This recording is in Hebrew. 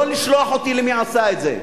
לא לשלוח אותי למי שעשה את זה.